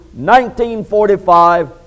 1945